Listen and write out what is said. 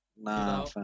Nah